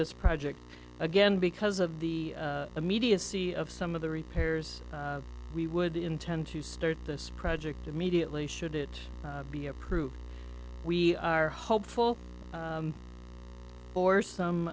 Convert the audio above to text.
this project again because of the immediacy of some of the repairs we would intend to start this project immediately should it be approved we are hopeful for some